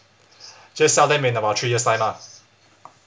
just sell them in about three years time ah